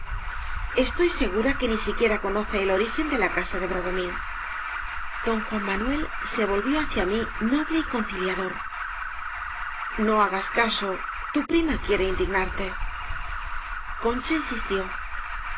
estoy segura que ni siquiera conoce el origen de la casa de bradomín don juan manuel se volvió hacia mí noble y conciliador no hagas caso tu prima quiere